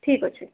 ଠିକ୍ ଅଛି